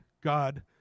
God